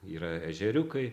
yra ežeriukai